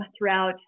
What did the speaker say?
throughout